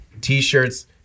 t-shirts